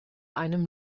einem